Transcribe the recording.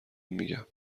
میگم